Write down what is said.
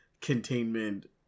containment